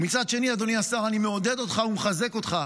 ומצד שני, אדוני השר, אני מעודד אותך ומחזק אותך